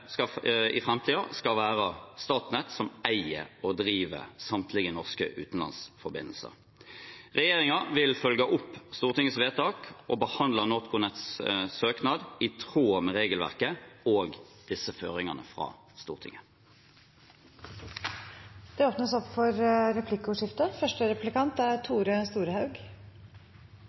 i framtiden skal være Statnett som eier og driver samtlige norske utenlandsforbindelser. Regjeringen vil følge opp Stortingets vedtak og behandler NorthConnects søknad i tråd med regelverket og disse føringene fra Stortinget. Det blir replikkordskifte.